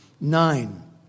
nine